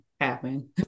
happen